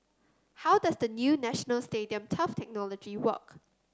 how does the new National Stadium turf technology work